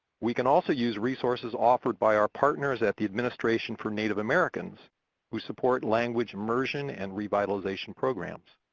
we can also use resources offered by our partners at the administration for native americans who support language immersion and revitalization programs.